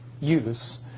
use